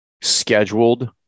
scheduled